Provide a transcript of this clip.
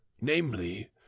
namely